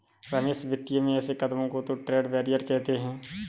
रमेश वित्तीय में ऐसे कदमों को तो ट्रेड बैरियर कहते हैं